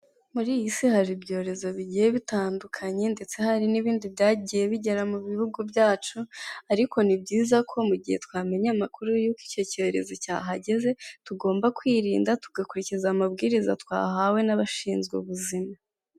Muri iyi si hari ibyorezo bigiye bitandukanye, ndetse hari n'ibindi byagiye bigera mu bihugu byacu, ariko ni byiza ko mu gihe twamenye amakuru y'uko icyo cyorezo cyahageze, tugomba kwirinda, tugakurikiza amabwiriza twahawe n'abashinzwe ubuzima.